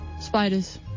spiders